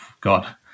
god